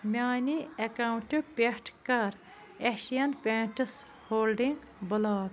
میٛانہِ ایٚکاونٹہٕ پٮ۪ٹھ کَر ایشیَن پینٛٹس ہولڈنٛگ بٕلاک